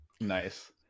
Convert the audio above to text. nice